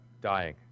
Dying